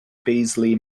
beazley